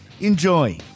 Enjoy